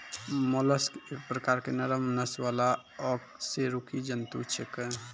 mollusc एक प्रकार के नरम नस वाला अकशेरुकी जंतु छेकै